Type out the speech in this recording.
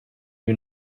you